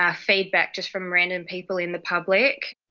ah feedback just from random people in the public.